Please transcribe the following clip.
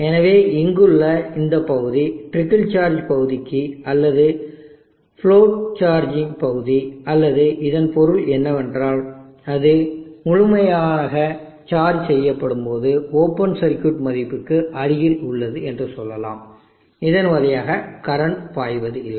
எனவே இங்குள்ள இந்த பகுதி ட்ரிக்கிள் சார்ஜ் பகுதி அல்லது ஃப்ளோட் சார்ஜிங் பகுதி அல்லது இதன் பொருள் என்னவென்றால் அது முழுமையாக சார்ஜ் செய்யப்படும்போது ஓபன் சர்க்யூட் மதிப்புக்கு அருகில் உள்ளது என்று சொல்லலாம் இதன் வழியாக கரண்ட் பாய்வது இல்லை